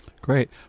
Great